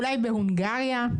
אולי בהונגריה,